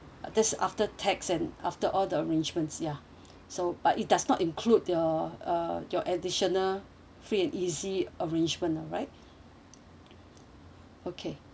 this after tax and after all the arrangements ya so but it does not include your uh your additional free and easy arrangement alright okay